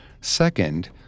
Second